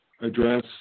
address